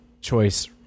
choice